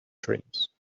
dreams